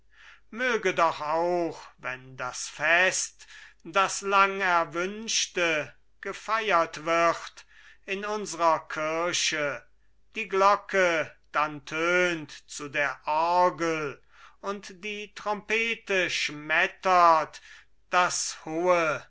möge doch auch wenn das fest das lang erwünschte gefeiert wird in unserer kirche die glocke dann tönt zu der orgel und die trompete schmettert das hohe